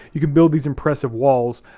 you can build these impressive walls,